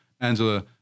Angela